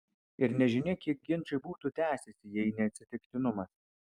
ir nežinia kiek ginčai būtų tęsęsi jei ne atsitiktinumas